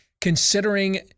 considering